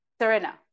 Serena